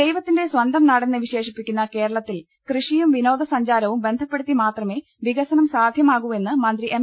ദൈവത്തിന്റെ സ്വന്തം നാടെന്ന് വിശേഷിപ്പിക്കുന്ന കേരളത്തിൽ കൃഷിയും വിനോദസഞ്ചാരവും ബന്ധപ്പെടുത്തി മാത്രമേ വികസനം സാധ്യമാകൂവെന്ന് മന്ത്രി എം